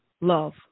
Love